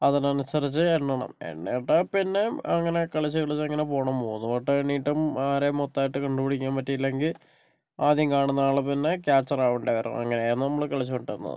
അതിനനുസരിച്ച് എണ്ണണം എണ്ണീട്ട് പിന്നെയും അങ്ങനെ കളിച്ചു കളിച്ച് അങ്ങനെ പോകണം മൂന്നുവട്ടം എണ്ണിയിട്ടും ആരെയും മൊത്തായിട്ട് കണ്ടുപിടിക്കാൻ പറ്റിയില്ലെങ്കി ആദ്യം കാണുന്ന ആള് പിന്നെ ക്യാച്ചർ ആവേണ്ടി വരും അങ്ങനെയായിരുന്നു നമ്മള് കളിച്ചോണ്ടിരിക്കുന്നത്